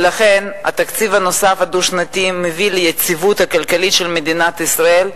ולכן התקציב הדו-שנתי הנוסף מביא ליציבות הכלכלית של מדינת ישראל,